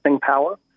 power